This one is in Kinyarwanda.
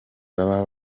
baba